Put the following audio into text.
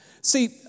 See